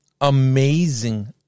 Amazing